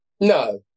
no